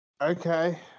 Okay